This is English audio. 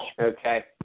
okay